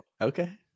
Okay